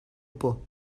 por